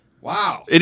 Wow